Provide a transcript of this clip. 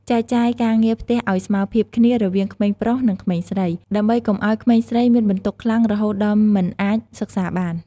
ចែកចាយការងារផ្ទះឱ្យស្មើភាពគ្នារវាងក្មេងប្រុស និងក្មេងស្រី ដើម្បីកុំឱ្យក្មេងស្រីមានបន្ទុកខ្លាំងរហូតដល់មិនអាចសិក្សាបាន។